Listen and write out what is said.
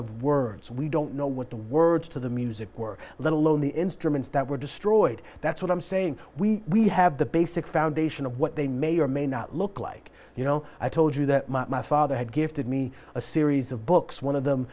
of words we don't know what the words to the music were let alone the instruments that were destroyed that's what i'm saying we we have the basic foundation of what they may or may not look like you know i told you that my father had gifted me a series of books one of them